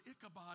Ichabod